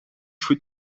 goed